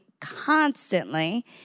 constantly